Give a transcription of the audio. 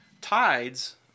Tides